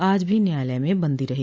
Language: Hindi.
आज भी न्यायालय में बंदी रही